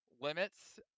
limits